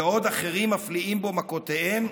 בעוד אחרים מפליאים בו מכותיהם,